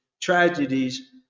tragedies